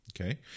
Okay